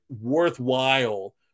worthwhile